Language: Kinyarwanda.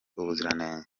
ubuziranenge